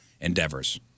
endeavors